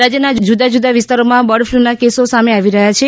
રાજ્યના જુદા જુદા વિસ્તારોમાં બર્ડફલુના કેસો સામે આવી રહ્યા છે